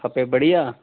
खपे बढ़िया